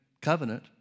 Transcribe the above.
covenant